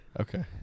Okay